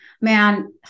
man